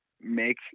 make